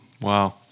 Wow